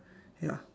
ya